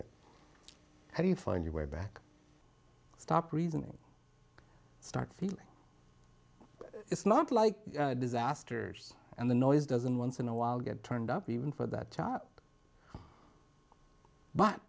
it how do you find your way back stop reasoning start feeling it's not like disasters and the noise doesn't once in a while get turned up even for that top but